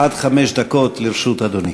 עד חמש דקות לרשות אדוני.